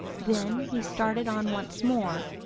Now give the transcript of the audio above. then he started on once more,